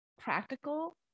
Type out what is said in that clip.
practical